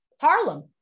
Harlem